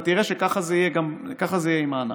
אתה תראה שככה זה יהיה עם הענף.